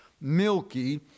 milky